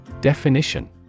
Definition